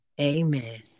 Amen